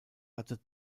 hatte